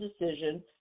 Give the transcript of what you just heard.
decision